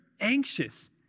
anxious